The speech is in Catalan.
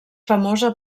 famosa